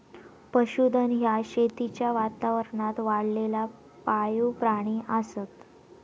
पशुधन ह्या शेतीच्या वातावरणात वाढलेला पाळीव प्राणी असत